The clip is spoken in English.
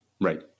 right